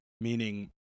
Meaning